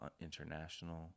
International